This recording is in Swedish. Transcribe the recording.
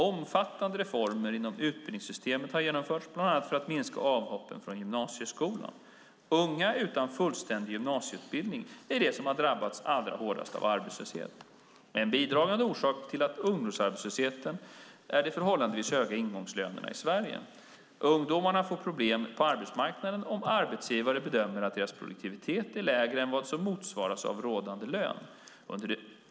Omfattande reformer inom utbildningssystemet har genomförts, bland annat för att minska avhoppen från gymnasieskolan. Unga utan fullständig gymnasieutbildning är de som drabbas allra hårdast av arbetslöshet. En bidragande orsak till ungdomsarbetslösheten är de förhållandevis höga ingångslönerna i Sverige. Ungdomar får problem på arbetsmarknaden om arbetsgivare bedömer att deras produktivitet är lägre än vad som motsvaras av rådande lön.